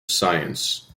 science